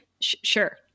sure